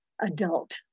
adult